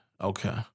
Okay